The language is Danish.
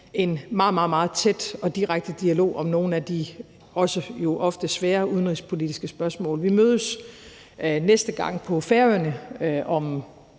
en meget, meget tæt og direkte dialog om nogle af de jo ofte også svære udenrigspolitiske spørgsmål. Vi mødes næste gang på Færøerne, om